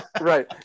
right